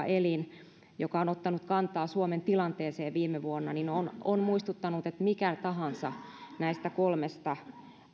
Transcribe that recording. elin joka on ottanut kantaa suomen tilanteeseen viime vuonna on on muistuttanut että mikä tahansa näistä kolmesta